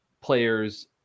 players